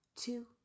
Two